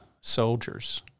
soldiers